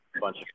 bunch